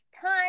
time